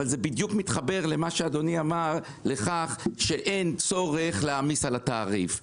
זה בדיוק מתחבר למה שאדוני אמר לכך שאין צורך להעמיס על התעריף.